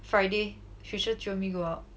friday tricia jio me go out but its future going to U_S [one]